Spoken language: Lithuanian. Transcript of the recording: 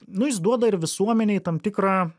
nu jis duoda ir visuomenei tam tikrą